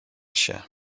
się